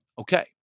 Okay